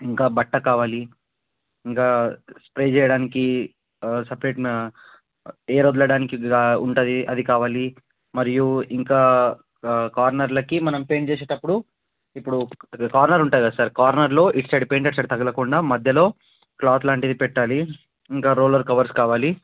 ఇంకా బట్ట కావాలి ఇంకా స్ప్రే చేయడానికి సపరేట్ ఎయిర్ వదలడానికి ఉంటుంది అది కావాలి మరియు ఇంకా కార్నర్లకి మనం పెయింట్ చేసేటప్పుడు ఇప్పుడు అదే కార్నర్ ఉంటుంది కదా సార్ కార్నర్లో ఇటు సైడ్ పెయింటర్ సైడ్ తగలకుండా మధ్యలో క్లాత్ లాంటిది పెట్టాలి ఇంకా రోలర్ కవర్స్ కావాలి